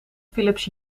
philips